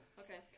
okay